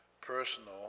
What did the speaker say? personal